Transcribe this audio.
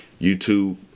YouTube